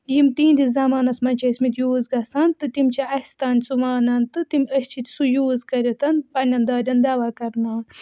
یِم تِہنٛدِس زَمانَس مَنٛز چھِ ٲسمٕتۍ یوٗز گَژھان تہٕ تِم چھِ اَسہِ تانۍ سُہ ونان تہٕ تِم أسۍ چھِ سُہ یوٗز کٔرِتھ پَننٮ۪ن دادٮ۪ن دَوا کَرناوان